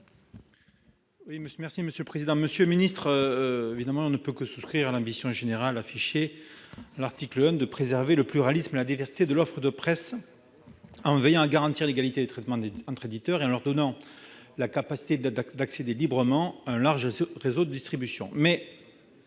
Bonhomme, sur l'article. On ne peut évidemment que souscrire à l'ambition générale affichée à l'article 1 : préserver le pluralisme et la diversité de l'offre de presse en veillant à garantir l'égalité de traitement entre éditeurs et en leur donnant la capacité d'accéder librement un large réseau de distribution.